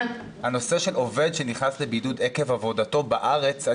עובד שנכנס לבידוד עקב עבודתו בארץ,